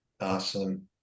Awesome